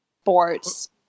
sports